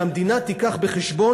שהמדינה תביא אותו בחשבון,